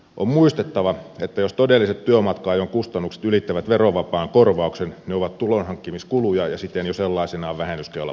on muistettava että jos todelliset työmatka ajon kustannukset ylittävät verovapaan korvauksen ne ovat tulonhankkimiskuluja ja siten jo sellaisinaan vähennyskelpoisia